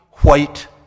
white